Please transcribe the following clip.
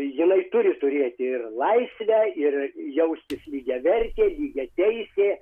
jinai turi turėt ir laisvę ir jaustis lygiavertė lygiateisė